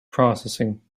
processing